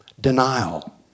Denial